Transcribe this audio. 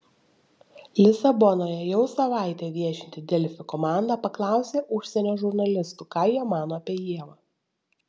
lisabonoje jau savaitę viešinti delfi komanda paklausė užsienio žurnalistų ką jie mano apie ievą